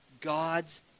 God's